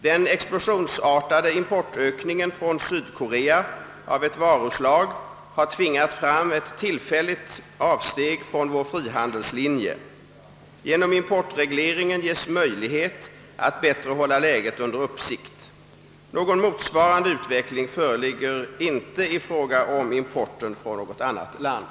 | "Den explosionsartade importökningen från Sydkorea av ett varuslag har tvingat fram ett tillfälligt avsteg från vår frihandelslinje. Genom importregleringen ges möjlighet att bättre hålla läget under uppsikt. Någon motsvarande utveckling föreligger ej i fråga om importen från något annat land.